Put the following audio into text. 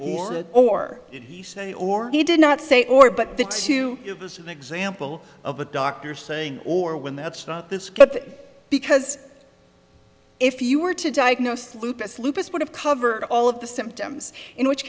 he say or he did not say or but the to give us an example of a doctor saying or when that's not that because if you were to diagnose lupus lupus would have covered all of the symptoms in which